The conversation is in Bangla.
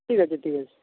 ঠিক আছে ঠিক আছে